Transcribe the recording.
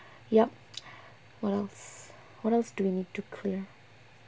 yup what else what else do we need to clear